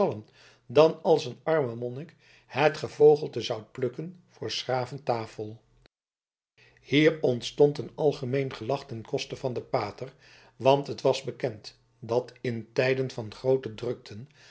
dan als een arme monnik het gevogelte zoudt plukken voor s graven tafel hier ontstond een algemeen gelach ten koste van den pater want het was bekend dat in tijden van groote drukten